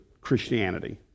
Christianity